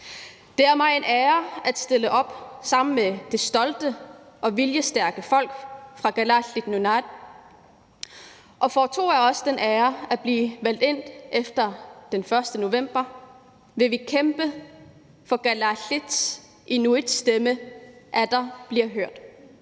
Det er mig en ære at stille op sammen med det stolte og viljestærke folk fra Kalaallit Nunaat, og får to af os den ære at blive valgt ind efter den 1. november, vil vi kæmpe for, at kalaallits/inuits stemme atter bliver hørt.